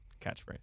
catchphrase